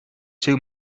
two